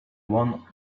one